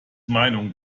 meinung